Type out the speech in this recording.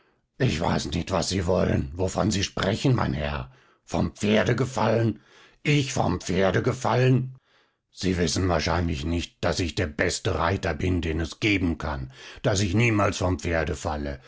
ich weiß nicht was sie wollen wovon sie sprechen mein herr vom pferde gefallen ich vom pferde gefallen sie wissen wahrscheinlich nicht daß ich der beste reiter bin den es geben kann daß ich niemals vom pferde falle